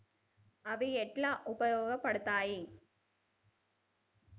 అవి ఎట్లా ఉపయోగ పడతాయి?